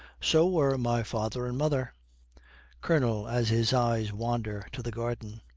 so were my father and mother colonel, as his eyes wander to the garden,